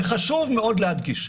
וחשוב מאוד להדגיש.